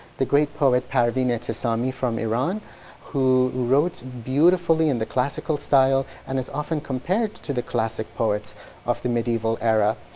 the great poet, parv n etesami from iran who wrote beautifully in the classical style and is often compared to the classic poets of the medieval era.